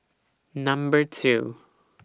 Number two